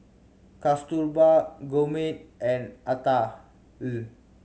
Kasturba Gurmeet and Atal